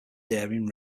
daring